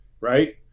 Right